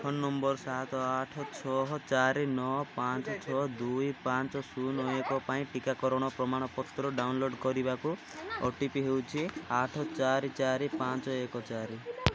phone number ସାତ ଆଠ ଛଅ ଚାରି ନଅ ପାଞ୍ଚ ଛଅ ଦୁଇ ପାଞ୍ଚ ଶୂନ ଏକ ପାଇଁ ଟିକାକରଣ ପ୍ରମାଣପତ୍ର ଡାଉନଲୋଡ଼୍ କରିବାକୁ ଓ ଟି ପି ହେଉଛି ଆଠ ଚାରି ଚାରି ପାଞ୍ଚ ଏକ ଚାରି